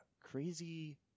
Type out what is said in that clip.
crazy